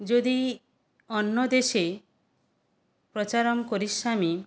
यदि अन्यदेशे प्रचारं करिष्यामि